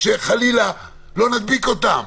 שחלילה לא נדביק אותם.